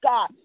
God